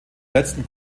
letzten